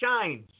shines